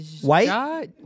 White